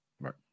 Right